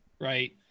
right